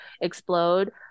explode